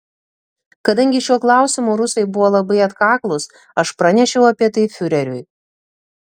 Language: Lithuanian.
kadangi šiuo klausimu rusai buvo labai atkaklūs aš pranešiau apie tai fiureriui